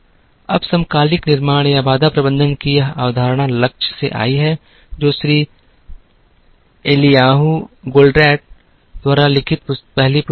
अब समकालिक निर्माण या बाधा प्रबंधन की यह अवधारणा लक्ष्य से आई है जो श्री एलीयाहू गोल्डटैट द्वारा लिखित पहली पुस्तक थी